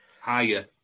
Higher